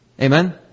Amen